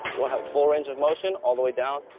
we'll have full range of motion all the way down,